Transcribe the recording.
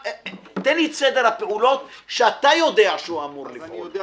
תגיד לי את סדר הפעולות שלפיו אתה יודע שהוא אמור לפעול.